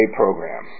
program